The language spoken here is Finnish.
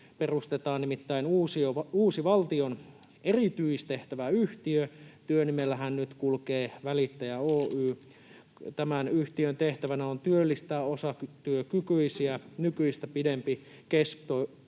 Perustetaan nimittäin uusi valtion erityistehtäväyhtiö. Sehän kulkee nyt työnimellä Välittäjä Oy. Tämän yhtiön tehtävänä on työllistää osatyökykyisiä nykyistä pidempikestoisiin